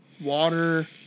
water